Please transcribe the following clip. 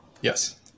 Yes